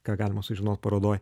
ką galima sužinot parodoj